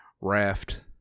raft